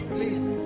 Please